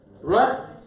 Right